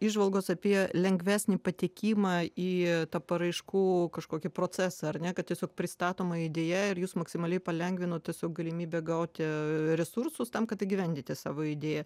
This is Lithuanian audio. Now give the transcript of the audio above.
įžvalgos apie lengvesnį patekimą į tą paraiškų kažkokį procesą ar ne kad tiesiog pristatoma idėja ir jūs maksimaliai palengvinot tiesiog galimybę gauti resursus tam kad įgyvendinti savo idėją